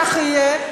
כך יהיה,